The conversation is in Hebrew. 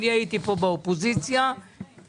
אני הייתי פה באופוזיציה וביקשנו,